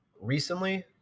recently